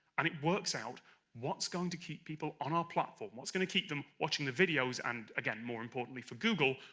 and it works out what's going to keep people on our platform, what's going to keep them watching the videos and again more importantly for google,